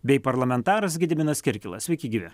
bei parlamentaras gediminas kirkilas sveiki gyvi